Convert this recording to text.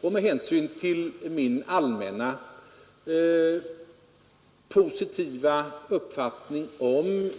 Och med hänsyn till min allmänt positiva uppfattning om